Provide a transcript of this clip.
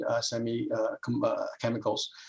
semi-chemicals